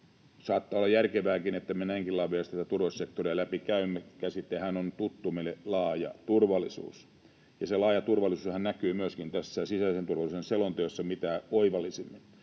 Saattaa olla järkevääkin, että me näinkin laveasti tätä turvallisuussektoria läpi käymme. Käsitehän on tuttu meille: laaja turvallisuus. Ja laaja turvallisuushan näkyy myöskin tässä sisäisen turvallisuuden selonteossa mitä oivallisimmin.